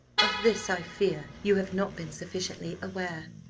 of this, i fear, you have not been sufficiently aware,